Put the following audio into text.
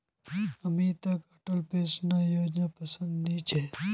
अमितक अटल पेंशन योजनापसंद नी छेक